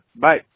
bye